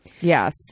Yes